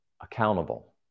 accountable